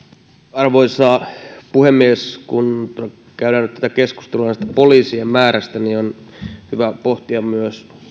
arvoisa puhemies kun käydään nyt tätä keskustelua poliisien määrästä on hyvä pohtia myös